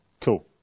cool